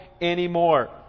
anymore